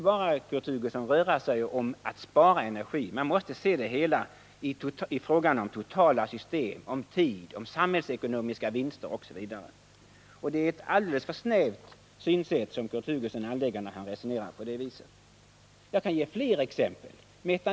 Man kan, Kurt Hugosson, inte bara tala om att spara energi, utan man måste se det hela i totala system, i tid, i fråga om samhällsekonomiska vinster osv. Det är ett alldeles för snävt synsätt som Kurt Hugosson anlägger när han resonerar på det här viset. Jag kan ge fler exempel.